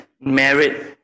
married